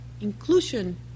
inclusion